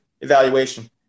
evaluation